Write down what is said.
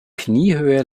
kniehöhe